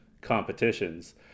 competitions